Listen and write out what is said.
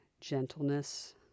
gentleness